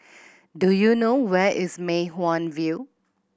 do you know where is Mei Hwan View